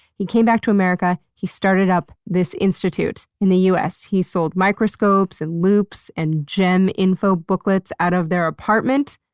he came back to america, he started up this institute in the us. he sold microscopes, and loupes, and gem info booklets out of their apartment.